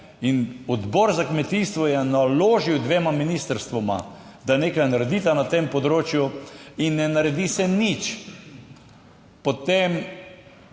(nadaljevanje) kmetijstvo je naložil dvema ministrstvoma, da nekaj naredita na tem področju in ne naredi se nič, potem,